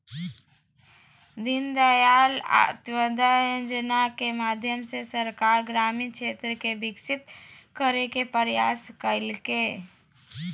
दीनदयाल अंत्योदय योजना के माध्यम से सरकार ग्रामीण क्षेत्र के विकसित करय के प्रयास कइलके